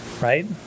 right